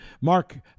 mark